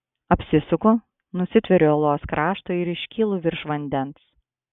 apsisuku nusitveriu uolos krašto ir iškylu virš vandens